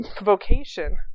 vocation